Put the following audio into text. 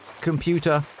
computer